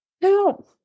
No